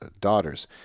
daughters